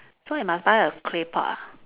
so you must buy a clay pot ah